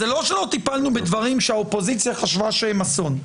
זה לא שלא טיפלנו בדברים שהאופוזיציה חשבה שהם אסון,